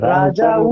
Raja